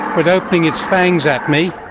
but opening its fangs at me,